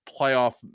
playoff